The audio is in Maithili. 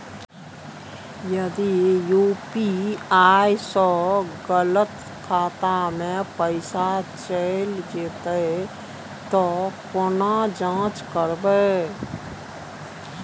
यदि यु.पी.आई स गलत खाता मे पैसा चैल जेतै त केना जाँच करबे?